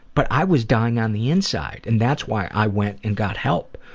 but i was dying on the inside. and that's why i went and got help.